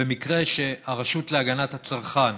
שבמקרה שהרשות להגנת הצרכן